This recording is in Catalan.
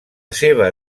seva